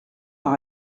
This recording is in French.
par